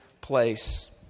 place